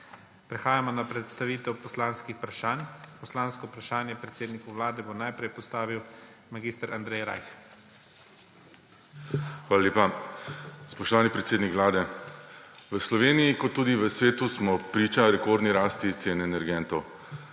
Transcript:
Prehajamo na predstavitev poslanskih vprašanj. Poslansko vprašanje predsedniku Vlade bo najprej postavil mag. Andrej Rajh. **MAG. ANDREJ RAJH (PS SAB):** Hvala lepa. Spoštovani predsednik Vlade! V Sloveniji kot tudi v svetu smo priče rekordni rasti cen energentov.